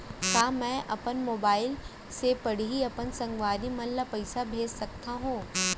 का मैं अपन मोबाइल से पड़ही अपन संगवारी मन ल पइसा भेज सकत हो?